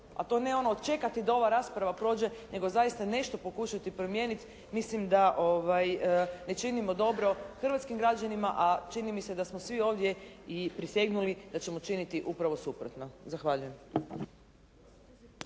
a to ne ono čekati da ova rasprava prođe nego zaista nešto pokušati promijeniti, mislim da ne činimo dobro hrvatskim građanima, a čini mi se da smo svi ovdje i prisegnuli da ćemo činiti upravo suprotno. Zahvaljujem.